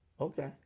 Okay